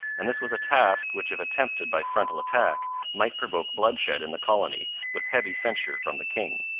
and this was a task which if attempted by frontal attack might provoke bloodshed in the colony, with heavy censure from the king.